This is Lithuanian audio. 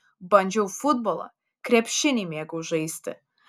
bandžiau futbolą krepšinį mėgau žaisti